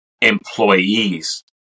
employees